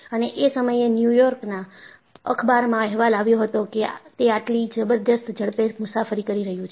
અનેએ સમયે New York ના અખબાર માં અહેવાલ આવ્યો હતો કે તે આટલી જબરદસ્ત ઝડપે મુસાફરી કરી રહ્યું છે